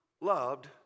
loved